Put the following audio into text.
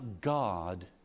God